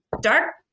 dark